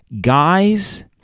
guys